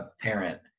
parent